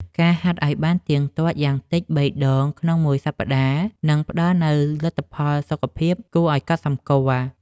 ការហាត់ឱ្យបានទៀងទាត់យ៉ាងតិច ៣ ដងក្នុងមួយសប្តាហ៍ នឹងផ្ដល់នូវលទ្ធផលសុខភាពគួរឱ្យកត់សម្គាល់។